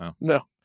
No